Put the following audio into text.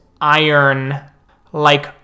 iron-like